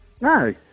No